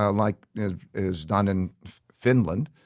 ah like is done in finland,